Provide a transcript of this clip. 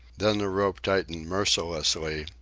then the rope tightened mercilessly,